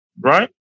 right